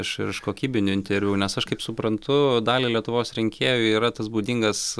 iš iš kokybinių interviu nes aš kaip suprantu daliai lietuvos rinkėjų yra tas būdingas